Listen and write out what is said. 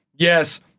Yes